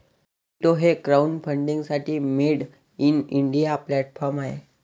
कीटो हे क्राउडफंडिंगसाठी made in India platform आहे